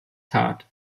tat